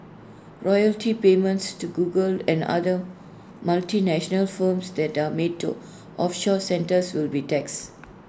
royalty payments to Google and other multinational firms that are made to offshore centres will be taxed